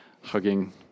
hugging